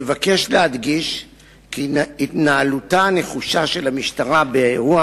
נבקש להדגיש כי התנהלותה הנחושה של המשטרה באירוע